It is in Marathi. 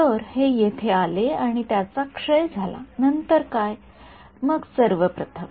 तर हे येथे आले आणि त्याचा क्षय झाला नंतर काय मग सर्व प्रथम